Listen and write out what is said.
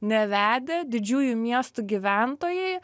nevedę didžiųjų miestų gyventojai